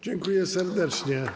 Dziękuję serdecznie.